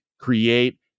create